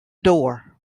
door